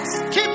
Keep